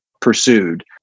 Pursued